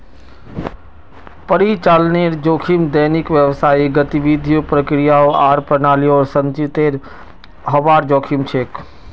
परिचालनेर जोखिम दैनिक व्यावसायिक गतिविधियों, प्रक्रियाओं आर प्रणालियोंर संचालीतेर हबार जोखिम छेक